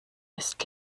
ist